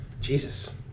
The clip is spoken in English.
Jesus